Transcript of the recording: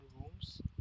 rooms